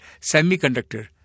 semiconductor